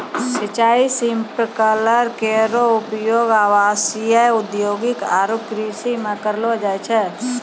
सिंचाई स्प्रिंकलर केरो उपयोग आवासीय, औद्योगिक आरु कृषि म करलो जाय छै